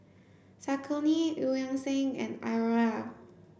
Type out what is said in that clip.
Saucony Eu Yan Sang and Iora